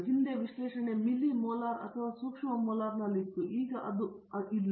ಹಿಂದೆ ವಿಶ್ಲೇಷಣೆ millimolar ಅಥವಾ ಸೂಕ್ಷ್ಮ ಮೋಲಾರ್ನಲ್ಲಿ ಈಗ ಅದು ಅಲ್ಲ